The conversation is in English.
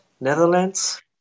Netherlands